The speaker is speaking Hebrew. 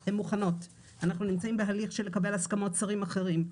הן כבר מוכנות ועכשיו אנחנו נמצאים בהליך של לקבל הסכמות של שרים אחרים,